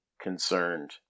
concerned